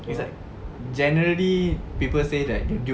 it's like generally people say that the duke